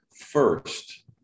first